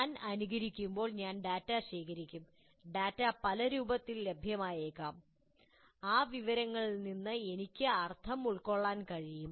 ഞാൻ അനുകരിക്കുമ്പോൾ ഞാൻ ഡാറ്റ ശേഖരിക്കും ഡാറ്റ പല രൂപത്തിൽ ലഭ്യമായേക്കാം ആ വിവരങ്ങളിൽ നിന്ന് എനിക്ക് അർത്ഥം ഉൾക്കൊള്ളാൻ കഴിയും